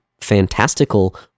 fantastical